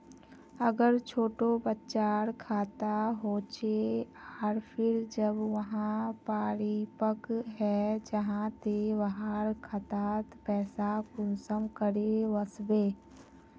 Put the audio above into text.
अगर छोटो बच्चार खाता होचे आर फिर जब वहाँ परिपक है जहा ते वहार खातात पैसा कुंसम करे वस्बे?